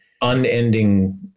unending